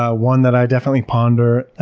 ah one that i definitely ponder,